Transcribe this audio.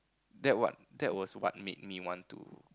that what that was what made me want to